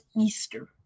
Easter